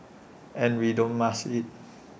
and we don't mask IT